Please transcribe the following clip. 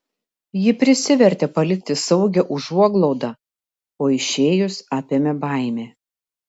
ji prisivertė palikti saugią užuoglaudą o išėjus apėmė baimė